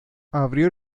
abrió